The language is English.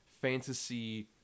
fantasy